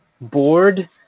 board